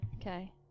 okay